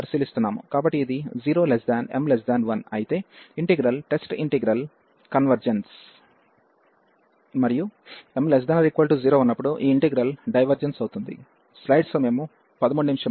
కాబట్టి ఇది 0m1 అయితే ఇంటిగ్రల్ టెస్ట్ ఇంటిగ్రల్ కన్వర్జెన్స్ మరియు m≤0 ఉన్నప్పుడు ఈ ఇంటిగ్రల్ డైవర్జెన్స్ అవుతుంది